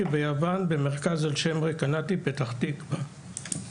ביוון במרכז על שם רקנטי פתח תקווה.